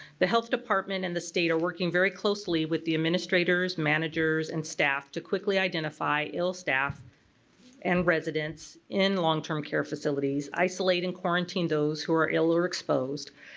the health department and the state are working very closely with the administrators, managers, and staff to quickly identify ill staff and residents in long-term care facilities, isolate and quarantine those who are ill or exposed,